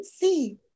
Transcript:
see